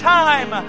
time